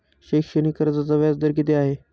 शैक्षणिक कर्जाचा व्याजदर किती आहे?